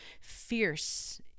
fierce